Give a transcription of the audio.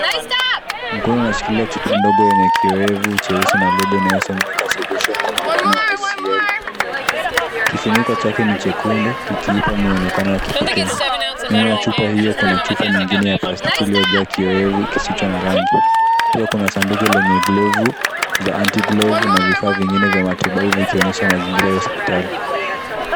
Mkono unashikilia chupa ndogo yenye kiwevu cheusi na lebo inayosomeka solution kwa mabano [HCL] ,kifuniko chake ni chekundu kikiipa muonekano wa kipekee, nyuma chupa hiyo uko na chupa nyingine ya plastiki iliyojaa kiwevu kisicho na rangi pia kuna sanduku lenye glovu za anti glove na vifaa vingine vya matibabu vikionyesha mazingira ya hospitali.